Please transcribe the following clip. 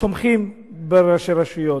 תומכים בראשי רשויות.